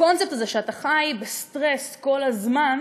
הקונספט הזה, שאתה חי בסטרס כל הזמן,